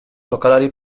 jokalari